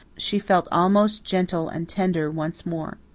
she felt almost gentle and tender once more.